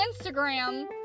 Instagram